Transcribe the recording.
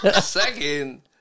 Second